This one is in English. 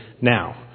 now